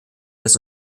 des